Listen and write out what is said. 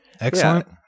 Excellent